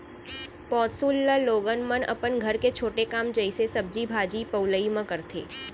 पौंसुल ल लोगन मन अपन घर के छोटे काम जइसे सब्जी भाजी पउलई म करथे